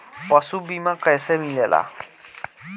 पशु बीमा कैसे मिलेला?